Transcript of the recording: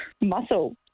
muscle